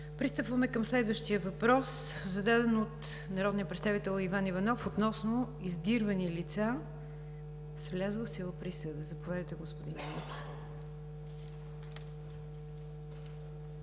Пристъпваме към следващия въпрос, зададен от народния представител Иван Иванов, относно издирвани лица с влязла в сила присъда. Заповядайте, господин Иванов.